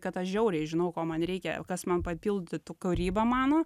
kad aš žiauriai žinau ko man reikia kas man papildytų kūrybą mano